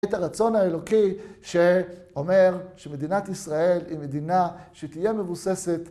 את הרצון האלוקי שאומר שמדינת ישראל היא מדינה שתהיה מבוססת